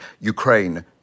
Ukraine